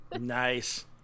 Nice